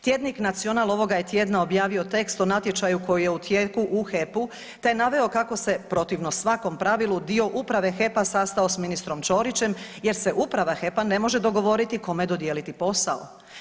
Tjednik Nacional ovoga je tjedna objavio tekst o natječaju koji je u tijeku u HEP-u te je naveo kako se protivno svakom pravilu, dio uprave HEP-a sastao s ministrom Čorićem jer se uprava HEP-a ne može dogovoriti kome dodijeliti posao.